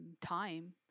time